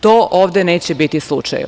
To ovde neće biti slučaj.